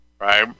right